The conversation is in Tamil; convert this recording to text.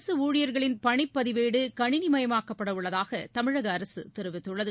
அரசுஊழியர்களின் பணிப்பதிவேடுகளிணிமயமாக்கப்படஉள்ளதாகதமிழகஅரசுதெரிவித்துள்ளது